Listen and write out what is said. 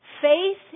Faith